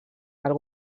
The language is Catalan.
del